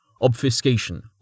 Obfuscation